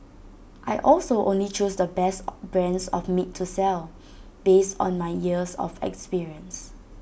I also only choose the best brands of meat to sell based on my years of experience